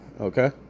okay